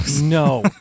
No